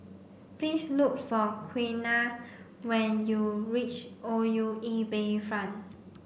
please look for Quiana when you reach O U E Bayfront